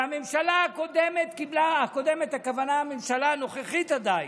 והממשלה הקודמת, הכוונה, הממשלה הנוכחית עדיין,